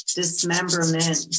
dismemberment